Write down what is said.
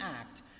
act